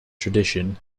tradition